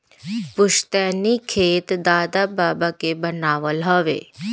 पुस्तैनी खेत दादा बाबा के बनावल हवे